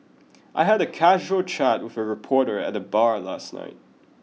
I had a casual chat with a reporter at the bar last night